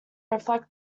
reflect